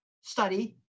study